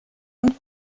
und